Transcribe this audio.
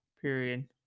Period